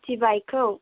city बाइकखौ